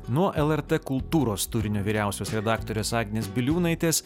nuo lrt kultūros turinio vyriausios redaktorės agnės biliūnaitės